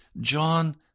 John